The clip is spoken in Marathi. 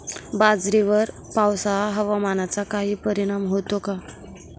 बाजरीवर पावसाळा हवामानाचा काही परिणाम होतो का?